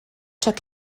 took